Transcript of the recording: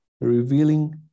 revealing